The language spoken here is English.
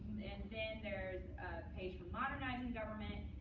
and then there's a page for modernizing government.